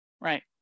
right